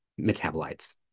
metabolites